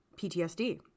PTSD